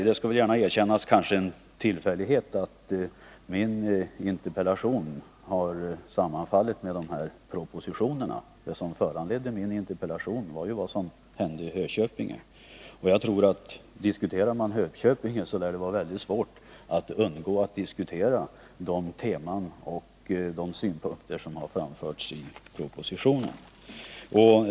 Det är en tillfällighet att min interpellation har sammanfallit med de här propositionerna. Det som föranledde min interpellation var vad som hände i Hököpinge. Och diskuterar man Hököpinge lär det vara mycket svårt att inte diskutera de teman och synpunkter som har framförts i propositionerna.